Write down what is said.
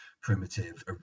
primitive